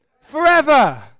forever